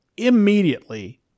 Immediately